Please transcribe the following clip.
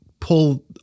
pull